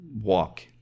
walk